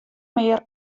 mear